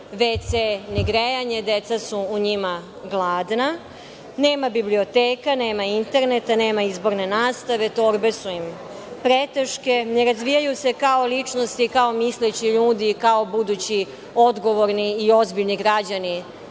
vc, ni grejanje. Deca su u njima gladna. Nema biblioteka, nema interneta, nema izborne nastave, torbe su im preteške. Ne razvijaju se kao ličnosti, kao misleći ljudi, kao budući odgovorni i ozbiljni građani